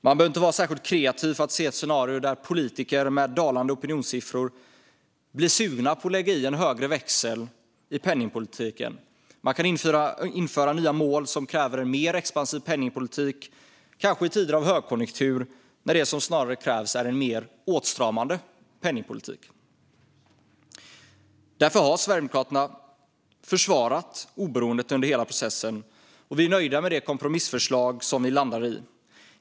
Man behöver inte vara särskilt kreativ för att se ett scenario där politiker med dalande opinionssiffror blir sugna på att lägga i en högre växel i penningpolitiken. Kanske vill de införa nya mål som kräver en mer expansiv penningpolitik i tider av högkonjunktur, när det som krävs snarare är en åtstramande penningpolitik. Därför har Sverigedemokraterna försvarat oberoendet under hela processen, och vi är nöjda med det kompromissförslag som vi landade i.